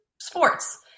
sports